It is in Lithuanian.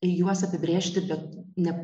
ir juos apibrėžti bet ne